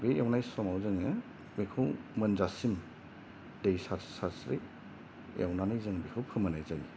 बे एवनाय समाव जोङो बेखौ मोनजासिम दै सारस्रि सारस्रि एवनानै जों बेखौ फोमोननाय जायो